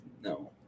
No